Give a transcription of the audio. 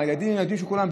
הילדים הם ילדים של כולם.